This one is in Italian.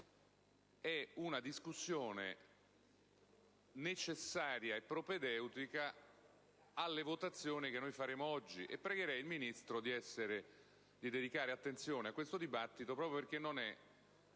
di una discussione necessaria e propedeutica alle votazioni che faremo oggi e pregherei il Ministro di dedicare attenzione al dibattito. Perché questa